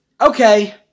okay